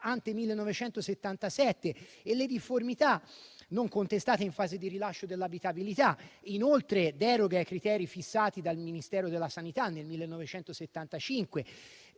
*ante-*1977 e difformità non contestate in fase di rilascio dell'abitabilità; inoltre, deroghe ai criteri fissati dal Ministero della sanità nel 1975,